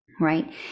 Right